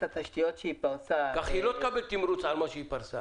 את התשתיות שהיא פרסה --- כך היא לא תקבל תמרוץ על מה שהיא פרסה.